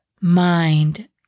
mind